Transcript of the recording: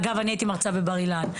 אגב, אני הייתי מרצה בבר אילן.